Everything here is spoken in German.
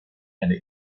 eine